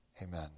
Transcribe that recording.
Amen